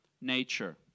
nature